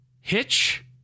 Hitch